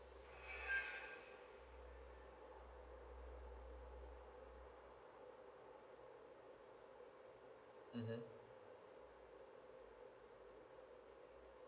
mm